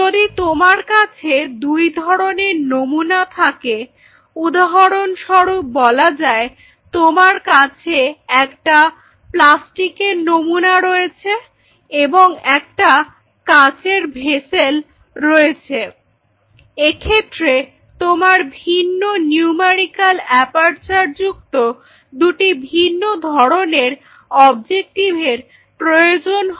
যদি তোমার কাছে দুই ধরনের নমুনা থাকে উদাহরণস্বরূপ বলা যায় তোমার কাছে একটা প্লাস্টিকের নমুনা রয়েছে এবং একটা কাঁচের ভেসেল রয়েছে এক্ষেত্রে তোমার ভিন্ন নিউমেরিক্যাল অ্যাপারচার যুক্ত দুটি ভিন্ন ধরনের অবজেকটিভের প্রয়োজন হবে